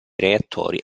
reattori